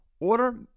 Order